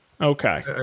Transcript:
Okay